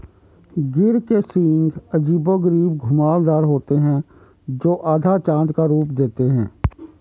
गिर के सींग अजीबोगरीब घुमावदार होते हैं, जो आधा चाँद का रूप देते हैं